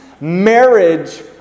marriage